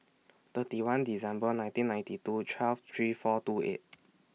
thirty one December nineteen ninety two twelve three four two eight